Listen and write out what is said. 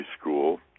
School